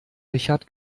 richard